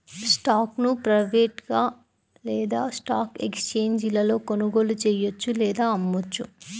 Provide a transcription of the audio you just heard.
స్టాక్ను ప్రైవేట్గా లేదా స్టాక్ ఎక్స్ఛేంజీలలో కొనుగోలు చెయ్యొచ్చు లేదా అమ్మొచ్చు